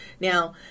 Now